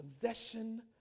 possession